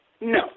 no